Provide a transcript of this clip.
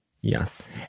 Yes